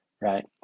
right